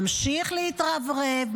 ממשיך להתרברב,